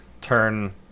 turn